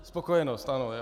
Spokojenost, ano.